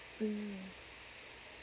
mm